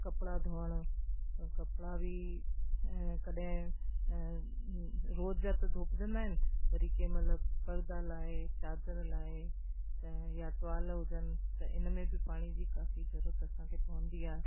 कपिड़ा धोइण त कपिड़ा बि ऐं कॾैं ऐं रोज़ जा त धोपजंदा आहिनि वरी केमहिल परदा लाए चादर लाहे त या टवाल हुजनि त इन में बि पाणी जी काफ़ी ज़रूरुत असांखे पवंदी आहे